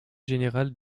générale